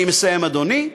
אני מסיים, אדוני,